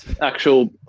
actual